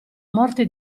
morte